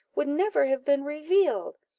would never have been revealed.